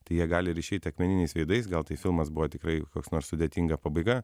tai jie gali ir išeiti akmeniniais veidais gal tai filmas buvo tikrai koks nors sudėtinga pabaiga